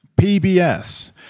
pbs